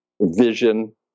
vision